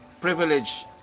Privilege